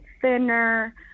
thinner